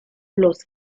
los